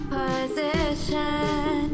position